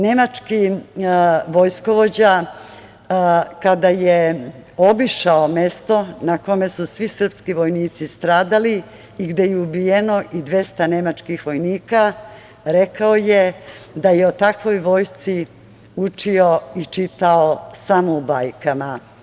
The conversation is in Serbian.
Nemački vojskovođa, kada je obišao mesto na kome su svi srpski vojnici stradali i gde je ubijeno i 200 nemačkih vojnika, rekao je da je o takvoj vojsci učio i čitao samo u bajkama.